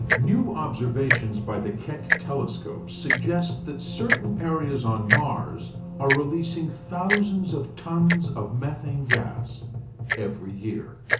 new observations by the keck telescopes suggest that certain areas on mars are releasing thousands of tons of methane gas every year.